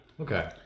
Okay